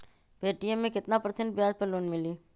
Paytm मे केतना percent ब्याज पर लोन मिली?